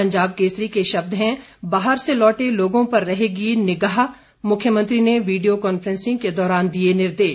पंजाब केसरी के शब्द हैं बाहर से लौटे लोगों पर रहेगी निगाह मुख्यमंत्री ने वीडियो कॉन्फ्रेंसिंग के दौरान दिए निर्देश